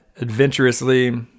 adventurously